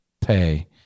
pay